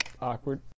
Awkward